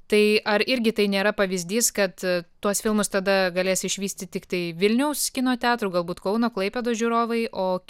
tai ar irgi tai nėra pavyzdys kad tuos filmus tada galės išvysti tiktai vilniaus kino teatrų galbūt kauno klaipėdos žiūrovai o